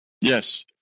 Yes